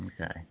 Okay